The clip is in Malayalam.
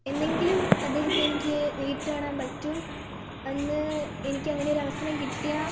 എന്നെങ്കിലും അദ്ദേഹത്തെ എനിക്ക് നേരിട്ട് കാണാൻ പറ്റും അന്ന് എനിക്ക് അങ്ങനൊരു അവസരം കിട്ടിയാ